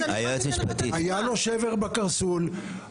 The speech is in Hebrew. היה לו שבר בקרסול,